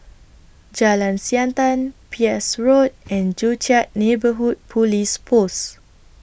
Jalan Siantan Peirce Road and Joo Chiat Neighbourhood Police Post